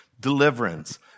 deliverance